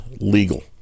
legal